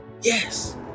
Yes